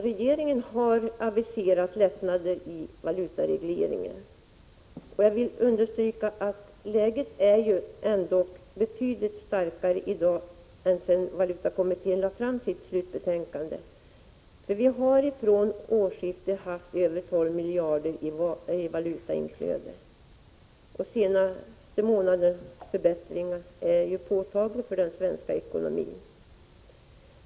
Regeringen har aviserat lättnader i valutaregleringen. Jag vill också understryka att läget är betydligt gynnsammare i dag än när valutakommittén lade fram sitt slutbetänkande. Från årsskiftet har vi faktiskt haft över 12 miljarder i valutainflöde, och bara den senaste månadens förbättringar är av påtaglig betydelse för den svenska ekonomin.